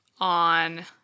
on